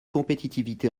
compétitivité